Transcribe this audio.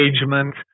engagement